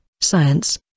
science